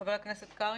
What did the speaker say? חבר הכנסת קרעי.